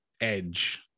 Edge